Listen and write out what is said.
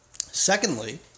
Secondly